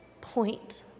point